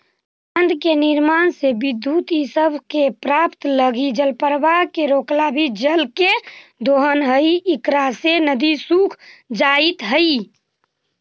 बाँध के निर्माण से विद्युत इ सब के प्राप्त लगी जलप्रवाह के रोकला भी जल के दोहन हई इकरा से नदि सूख जाइत हई